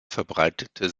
verbreitete